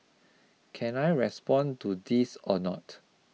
can I respond to this a not